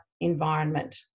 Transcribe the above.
environment